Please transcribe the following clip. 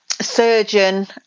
surgeon